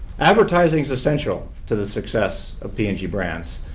advertising is essential to the success of p and g brands.